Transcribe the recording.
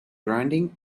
grinding